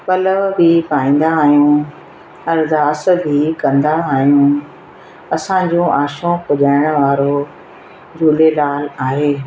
पलउ बि पाईंदा आहियूं अरदास बि कंदा आहियूं असांजो आशूं पुॼाइण वारो झूलेलाल आहे